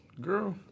girl